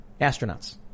astronauts